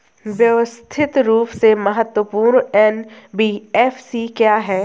व्यवस्थित रूप से महत्वपूर्ण एन.बी.एफ.सी क्या हैं?